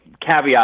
caveat